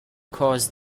cause